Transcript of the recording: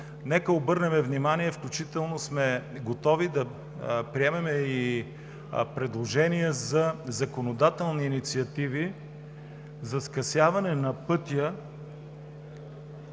нека обърнем внимание – включително сме готови да приемем и предложения за законодателни инициативи за скъсяване на дългия